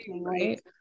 right